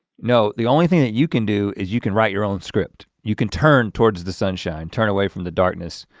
no, the only thing that you can do is you can write your own script, you can turn towards the sunshine, turn away from the darkness.